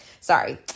sorry